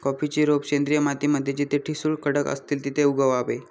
कॉफीची रोप सेंद्रिय माती मध्ये जिथे ठिसूळ खडक असतील तिथे उगवावे